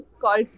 called